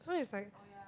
so it's like